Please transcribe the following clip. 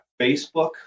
Facebook